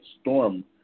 storm